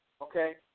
Okay